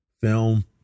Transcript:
film